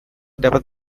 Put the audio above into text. dapat